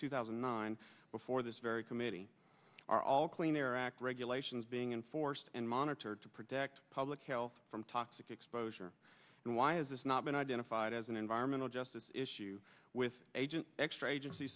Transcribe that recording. two thousand and nine before this very committee are all clean air act regulations being enforced and monitored to protect public health from toxic exposure and why is this not been identified as an environmental justice issue with agent extra agency